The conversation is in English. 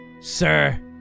Sir